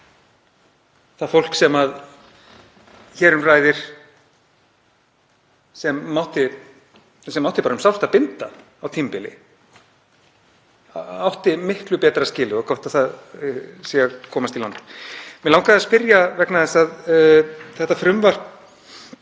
Það fólk sem hér um ræðir, sem átti um sárt að binda á tímabili, átti miklu betra skilið og gott að það sé að komast í land. Mig langaði að spyrja, vegna þess að þetta frumvarp